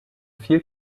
viel